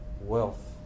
wealth